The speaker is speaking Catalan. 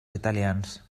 italians